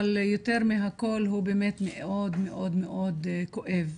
אבל יותר מהכול הוא באמת מאוד מאוד מאוד כואב.